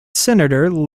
senator